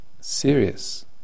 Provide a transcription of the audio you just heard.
serious